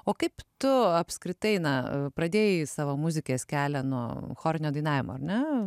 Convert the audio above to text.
o kaip tu apskritai na pradėjai savo muzikės kelią nuo chorinio dainavimo ar ne